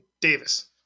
Davis